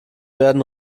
werden